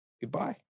goodbye